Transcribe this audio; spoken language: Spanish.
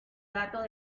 datos